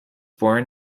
born